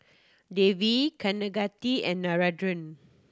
Devi Kaneganti and Narendra